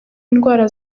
indwara